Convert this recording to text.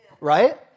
Right